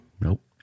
Nope